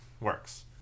works